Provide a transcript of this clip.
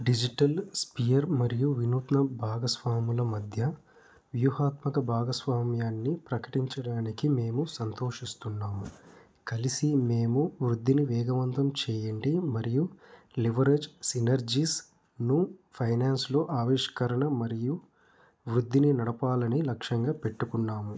digital sphere మరియు వినూత్నం భాగస్వాముల మధ్య వ్యూహాత్మక భాగస్వామ్యాన్ని ప్రకటించడానికి మేము సంతోషిస్తున్నాము కలిసి మేము వృద్ధిని వేగవంతం చేయండి మరియు లివరేజ్ సినర్జీస్ను ఫైనాన్స్లో ఆవిష్కరణ మరియు వృద్ధిని నడపాలని లక్ష్యంగా పెట్టుకున్నాము